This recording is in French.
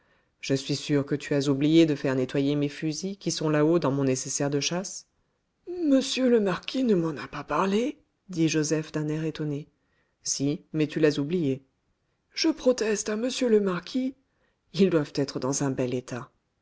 je suis sûr que tu as oublié de faire nettoyer mes fusils qui sont là-haut dans mon nécessaire de chasse monsieur le marquis ne m'en a pas parlé dit joseph d'un air étonné si mais tu l'as oublié je proteste à monsieur le marquis ils doivent être dans un bel état